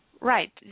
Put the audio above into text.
Right